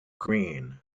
green